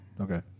Okay